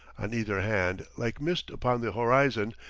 on either hand, like mist upon the horizon,